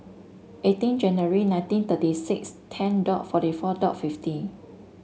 eighteen January nineteen thirty six ten dot forty four dot fifty